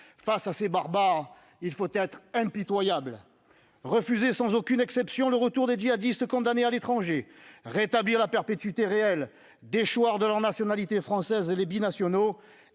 et efficace, il faut refuser, sans aucune exception, le retour des djihadistes condamnés à l'étranger ; rétablir la perpétuité réelle ; déchoir de leur nationalité française les binationaux